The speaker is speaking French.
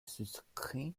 souscris